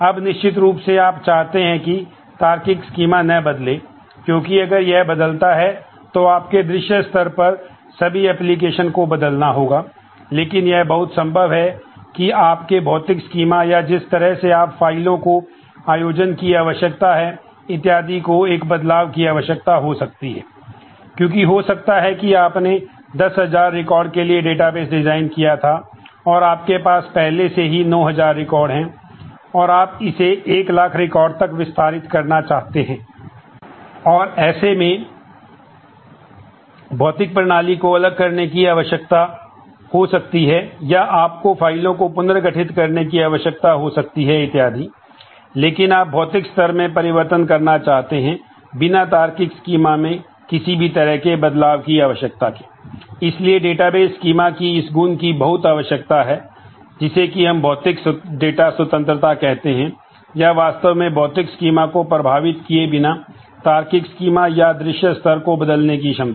अब निश्चित रूप से आप चाहते हैं कि तार्किक स्कीमा या जिस तरह से आपके पास फाइलों को आयोजन की आवश्यकता है इत्यादि को एक बदलाव की आवश्यकता हो सकती है क्योंकि हो सकता है कि आपने 10000 रिकॉर्ड के लिए डेटाबेस या दृश्य स्तर को बदलने की क्षमता